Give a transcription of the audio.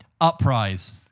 Uprise